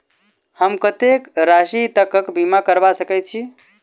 हम कत्तेक राशि तकक बीमा करबा सकैत छी?